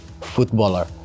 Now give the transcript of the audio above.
footballer